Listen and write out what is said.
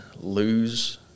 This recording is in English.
lose